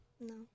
No